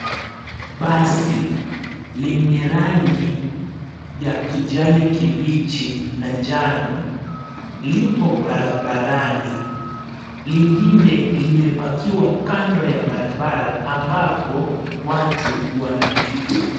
Basi lenye rangi ya kijani kibichi na njano lipo barabarani, lingine limepakiwa kando ya barabara ambapo watu wanapita.